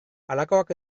halakoak